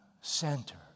center